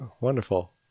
Wonderful